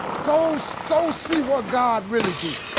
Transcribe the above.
go so go see what god really do.